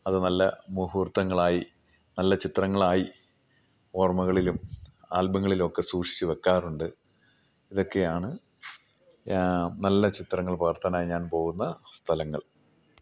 അതു നല്ല മുഹൂർത്തങ്ങളായി നല്ല ചിത്രങ്ങളായി ഓർമ്മകളിലും ആൽബങ്ങളിലൊക്കെ സൂക്ഷിച്ചു വെക്കാറുണ്ട് ഇതൊക്കെയാണ് നല്ല ചിത്രങ്ങൾ പകർത്താനായി ഞാൻ പോകുന്ന സ്ഥലങ്ങൾ